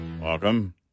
Welcome